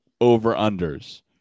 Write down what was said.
over-unders